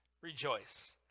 rejoice